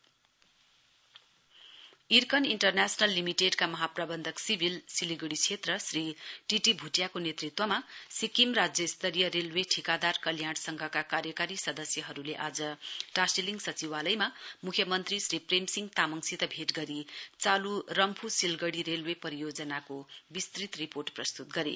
railway meeting iron international लिमिटेडका महाप्रबन्धन civil Siliguri क्षेत्र श्री टीटी भ्टियाको नेतृत्वमा सिक्किम राज्य स्तरीय रेल्व ठिकादार कल्याण संघका कार्यकारी सदस्यहरूले आज टाशीलिङ सचिवालयमा मुख्यमन्त्री श्री प्रेम सिंह तामाङसित भेट गरी चालू रम्फू सिलगढी रेल्व परियोजनाको विस्तृत रिपोर्ट प्रस्तुत गरे